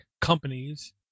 companies